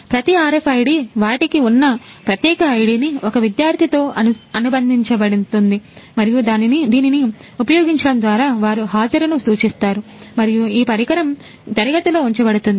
ప్రతి RFID వాటికి ఉన్న ప్రత్యేక ID ని ఒక విద్యార్థితో అనుబంధించబడుతుంది మరియు దీనిని ఉపయోగించడం ద్వారా వారు హాజరును సూచిస్తారు మరియు ఈ పరికరం తరగతిలో ఉంచబడుతుంది